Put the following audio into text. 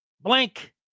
Blank